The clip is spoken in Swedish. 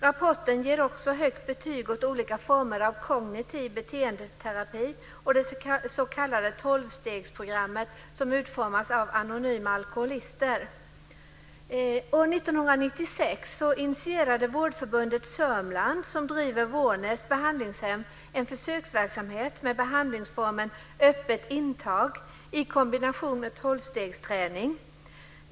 Rapporten ger också högt betyg åt olika former av kognitiv beteendeterapi och det s.k. tolvstegsprogrammet som utformats av Anonyma Alkoholister. År 1996 initierade Vårdförbundet Sörmland, som driver Vårnäs behandlingshem, en försöksverksamhet med behandlingsformen öppet intag i kombination med tolvstegsträning.